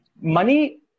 money